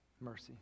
Mercy